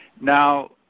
Now